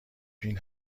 بین